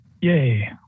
Yay